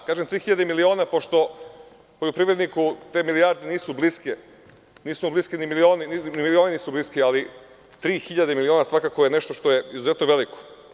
Kažem tri hiljade miliona, pošto poljoprivredniku te milijarde nisu bliske, nisu mu bliski ni milioni, ali, 3.000 miliona, svakako je nešto što je izuzetno veliko.